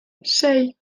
sei